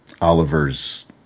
Oliver's